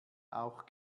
auch